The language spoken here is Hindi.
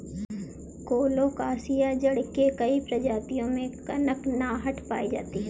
कोलोकासिआ जड़ के कई प्रजातियों में कनकनाहट पायी जाती है